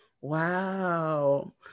Wow